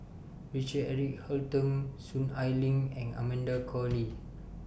Richard Eric Holttum Soon Ai Ling and Amanda Koe Lee